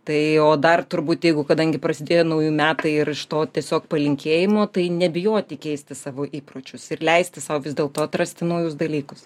tai o dar turbūt jeigu kadangi prasidėjo nauji metai ir iš to tiesiog palinkėjimo tai nebijoti keisti savo įpročius ir leisti sau vis dėl to atrasti naujus dalykus